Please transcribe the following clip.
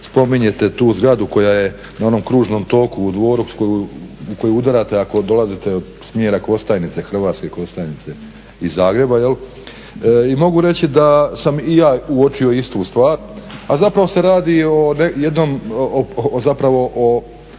spominjete tu zgradu koja je na onom kružnom toku u Dvoru u koji udarate ako dolazite iz smjera Hrvatske Kostajnice i Zagreba jel' i mogu reći da sam i ja uočio istu stvar, a zapravo se radi o ispravnom